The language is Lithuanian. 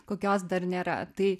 kokios dar nėra tai